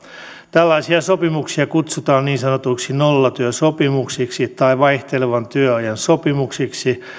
tällaisia sopimuksia kutsutaan niin sanotuiksi nollatyösopimuksiksi tai vaihtelevan työajan sopimuksiksi